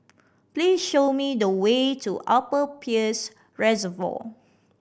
please show me the way to Upper Peirce Reservoir